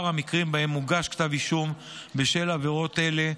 המקרים שבהם הוגש כתב אישום בשל עבירות אלו,